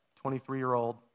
23-year-old